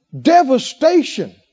Devastation